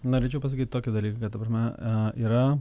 norėčiau pasakyt tokį dalyką kad ta prasme yra